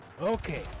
Okay